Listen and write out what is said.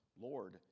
Lord